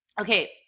okay